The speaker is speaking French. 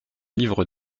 livre